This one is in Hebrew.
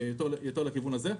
לבצע אכיפה יותר לכיוון הזה.